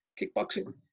kickboxing